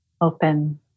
open